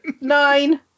Nine